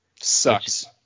Sucks